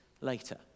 later